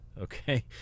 Okay